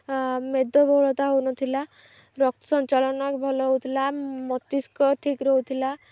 ମେଦ ବହୁଳତା ହେଉନଥିଲା ରକ୍ତ ସଞ୍ଚାଳନ ଭଲ ହଉଥିଲା ମସ୍ତିଷ୍କ ଠିକ୍ ରହୁଥିଲା